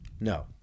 No